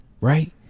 right